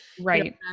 Right